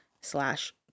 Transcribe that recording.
slash